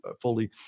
fully